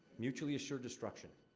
mutually assured destruction.